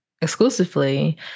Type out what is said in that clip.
exclusively